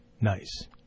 nice